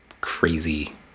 crazy